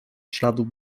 śladu